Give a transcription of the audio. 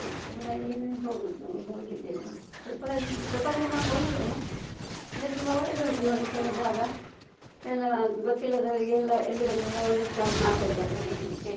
ಮತ್ತು ಕೂಡ ಎಲ್ಲಿಗೆ ಹೋಗುವುದು ಹೋಗಿದ್ದೆವು ಸ್ವಲ್ಪ ಸ್ವಲ್ಪ ಕಡೆ ನಾವು ಹೋಗಿದ್ದೆವು ಅದೆಲ್ಲ ತುಂಬ ಒಳ್ಳೆಯದುಂಟು ನೋಡಲಿಕ್ಕೆ ಎಲ್ಲ ಜಾಗ ಎಲ್ಲ ಗೊತ್ತಿಲ್ಲದವ್ರಿಗೆ ಎಲ್ಲ ಎಲ್ಲಿ ಬಂದರು ಕೂಡ ಒಳ್ಳೆದು ಕಾಣು ಆಗ್ತದೆ ಎಲ್ಲ ನೋಡಲಿಕ್ಕೆ